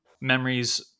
Memories